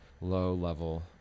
low-level